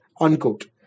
unquote